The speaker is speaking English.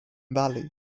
valley